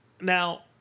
Now